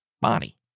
body